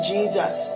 Jesus